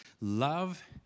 love